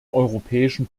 europäischen